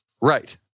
Right